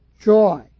joy